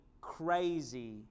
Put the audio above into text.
crazy